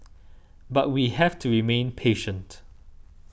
but we have to remain patient